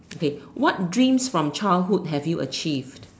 okay what dreams from childhood have you achieved